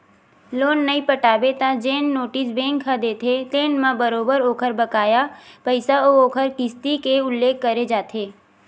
loan नइ पटाबे त जेन नोटिस बेंक ह देथे तेन म बरोबर ओखर बकाया पइसा अउ ओखर किस्ती के उल्लेख करे जाथे